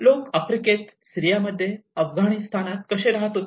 लोक आफ्रिकेत सिरिया मध्ये अफगाणिस्तानात कसे राहत होते